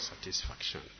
satisfaction